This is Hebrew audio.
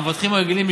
המבטחים הרגילים,